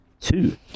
Two